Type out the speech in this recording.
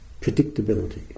predictability